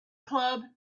club